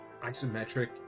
isometric